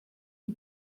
die